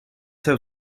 have